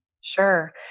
Sure